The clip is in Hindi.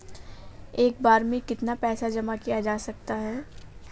एक बार में कितना पैसा जमा किया जा सकता है?